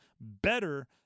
better